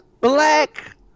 Black